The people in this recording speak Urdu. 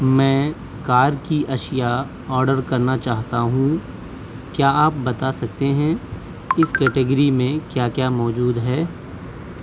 میں کار کی اشیاء آرڈر کرنا چاہتا ہوں کیا آپ بتا سکتے ہیں اس کیٹیگری میں کیا کیا موجود ہے